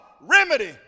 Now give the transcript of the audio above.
remedy